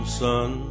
son